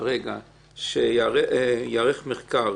כרגע שייערך מחקר